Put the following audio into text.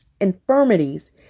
infirmities